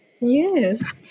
Yes